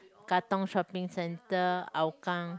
Katong shopping centre Hougang